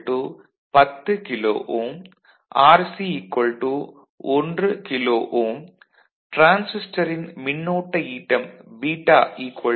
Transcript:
RB 10 kilo ohm RC 1 kilo ohm டிரான்சிஸ்டரின் மின்னோட்ட ஈட்டம் β 50